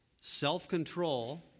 self-control